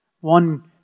One